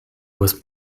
was